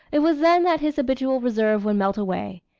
it was then that his habitual reserve would melt away,